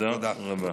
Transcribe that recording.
תודה רבה.